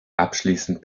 abschließend